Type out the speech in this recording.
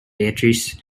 beatrice